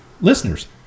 listeners